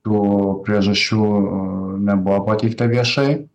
tų priežasčių nebuvo pateikta viešai